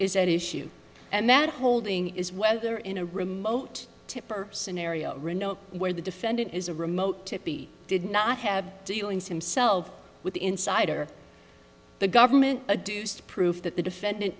is at issue and that holding is whether in a remote tip or scenario where the defendant is a remote did not have dealings himself with insider the government a deuced proof that the defendant